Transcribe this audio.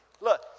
Look